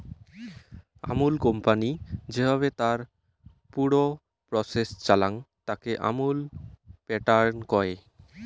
Amul company যেভাবে তার পুর প্রসেস চালাং, তাকে আমুল প্যাটার্ন কয়